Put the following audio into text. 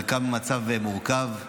חלקם במצב מורכב,